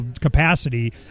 capacity